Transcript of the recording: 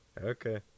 Okay